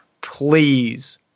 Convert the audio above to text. Please